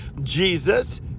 Jesus